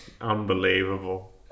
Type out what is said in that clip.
Unbelievable